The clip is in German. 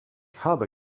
habe